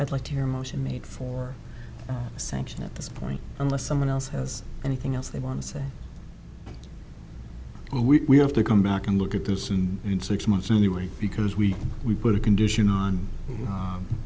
i'd like to your motion made for sanctions at this point unless someone else has anything else they want to say and we have to come back and look at this and in six months anyway because we we put a condition on